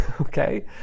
okay